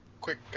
quick